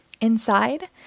Inside